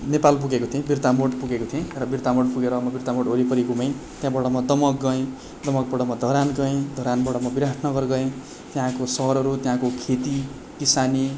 नेपाल पुगेको थिएँ बिर्तामोड पुगेको थिएँ र बिर्तामोड पुगेर म बिर्तामोड वरिपरि घुमेँ त्यहाँबाट म दमक गएँ दमकबाट म धरान गएँ धरानबाट म विराटनगर गएँ त्यहाँको सहरहरू त्यहाँको खेती किसानी